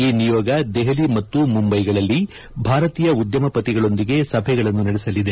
ಈ ನಿಯೋಗ ದೆಹಲಿ ಮತ್ತು ಮುಂಬೈಗಳಲ್ಲಿ ಭಾರತೀಯ ಉದ್ದಮಪತಿಗಳೊಂದಿಗೆ ಸಭೆಗಳನ್ನು ನಡೆಸಲಿದೆ